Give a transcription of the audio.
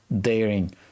daring